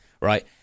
right